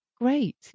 great